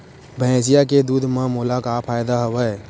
भैंसिया के दूध म मोला का फ़ायदा हवय?